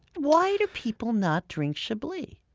why do people not drink chablis?